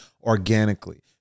organically